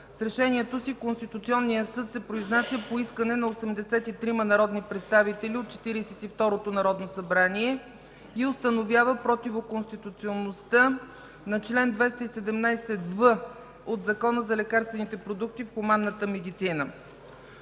С решението си Конституционният съд се произнася по искане на 83 народни представители от Четиридесет и второто народно събрание и установява противоконституционалността на чл. 217в от Закона за лекарствените продукти в хуманната медицина.